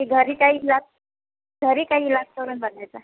की घरी काही इलाज घरी काही इलाज करून बघायचा